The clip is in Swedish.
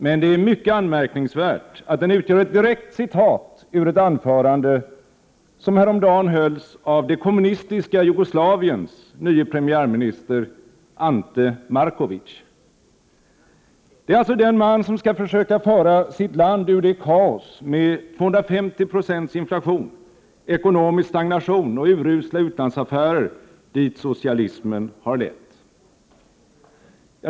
Men det är mycket anmärkningsvärt att den utgör ett direkt citat ur ett anförande, som häromdagen hölls av det kommunistiska Jugoslaviens nye premiärminister Ante Markovic. Det är alltså den man som skall försöka föra sitt land ur det kaos med 250 9 inflation, ekonomisk stagnation och urusla utlandsaffärer dit socialismen har lett.